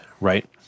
Right